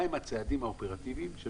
מה הם הצעדים האופרטיביים?